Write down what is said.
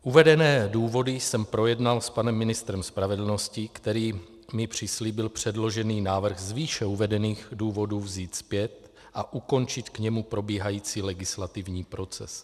Uvedené důvody jsem projednal s panem ministrem spravedlnosti, který mi přislíbil předložený návrh z výše uvedených důvodů vzít zpět a ukončit k němu probíhající legislativní proces.